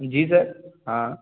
जी sir हाँ